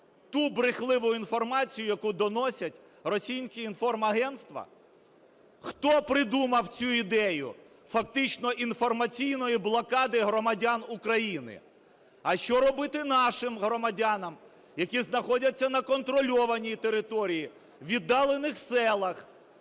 ту брехливу інформацію, яку доносять російські інформагентства. Хто придумав цю ідею фактично інформаційної блокади громадян України? А що робити нашим громадянам, які знаходяться на контрольованій території, у віддалених селах,